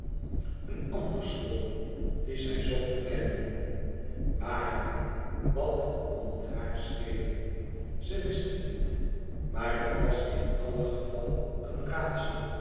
een ander school dien zij zocht te kennen waarlouis couperus extaze een boek van geluk om wat kon het haar schelen ze wist het niet maar het was in alle geval een raadsel